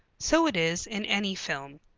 so it is in any film.